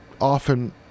often